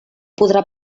podrà